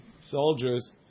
soldiers